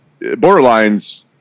borderlines